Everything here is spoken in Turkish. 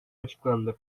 açıklandı